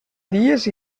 dies